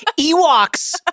Ewoks